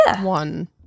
one